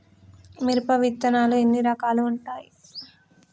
మిరప విత్తనాలు ఎన్ని రకాలు ఉంటాయి?